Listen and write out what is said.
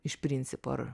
iš principo